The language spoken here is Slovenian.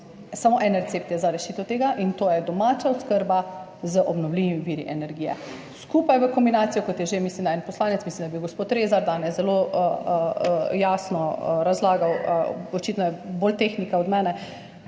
samo en recept je za rešitev tega, in to je domača oskrba z obnovljivimi viri energije. Skupaj v kombinaciji, kot je že en poslanec, mislim, da je bil gospod Rezar, ki je danes zelo jasno razlagal, očitno je bolj tehnik od mene,